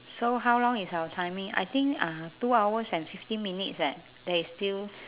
so how long is our timing I think uh two hours and fifteen minutes eh there is still